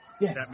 Yes